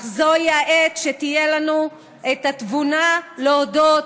אך זו העת שתהיה לנו התבונה להודות,